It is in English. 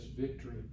victory